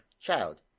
child